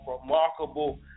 remarkable